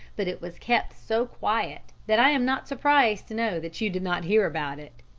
but it was kept so quiet that i am not surprised to know that you did not hear about it.